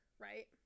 right